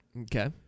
Okay